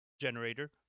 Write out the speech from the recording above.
generator